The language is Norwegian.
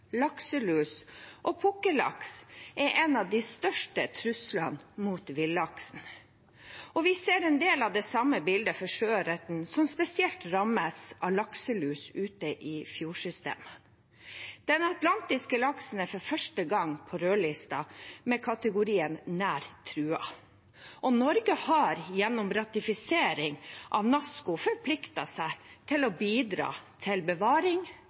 lakselus og pukkellaks er de største truslene mot villaksen. Vi ser en del av det samme bildet for sjøørreten, som spesielt rammes av lakselus ute i fjordsystemet. Den atlantiske laksen er for første gang på rødlisten med kategorien nær truet. Norge har gjennom ratifisering av NASCO forpliktet seg til å bidra til bevaring,